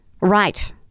right